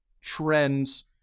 trends